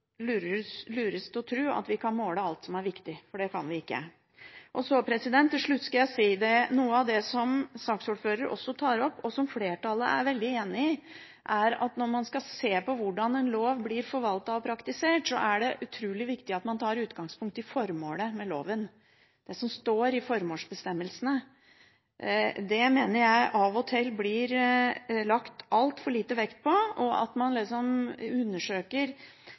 kan måle alt som er viktig, for det kan vi ikke. Til slutt: Noe av det som saksordføreren også tar opp, og som flertallet er veldig enig i, er at når man skal se på hvordan en lov blir forvaltet og praktisert, er det utrolig viktig at man tar utgangspunkt i formålet med loven – det som står i formålsbestemmelsene. Det mener jeg av og til blir lagt altfor lite vekt på. Man undersøker enkelte av lovens paragrafer, eller til og med også forskriftene, og deler av dette blir tillagt større vekt enn når man